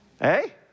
Hey